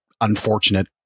unfortunate